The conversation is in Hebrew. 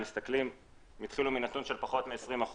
הם התחילו מנתון של פחות מ-20%,